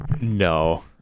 no